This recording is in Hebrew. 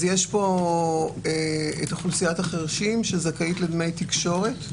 אז יש פה את אוכלוסיית החרשים שזכאית לדמי תקשורת.